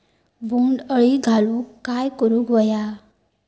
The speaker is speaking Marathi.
बोंड अळी घालवूक काय करू व्हया?